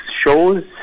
shows